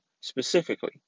specifically